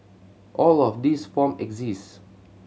all of these form exist